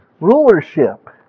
rulership